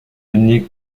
unique